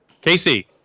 Casey